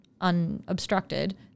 unobstructed